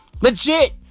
Legit